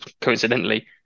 coincidentally